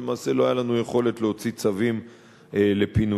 ולמעשה לא היתה לנו יכולת להוציא צווים לפינוין.